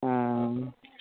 हँ